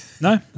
No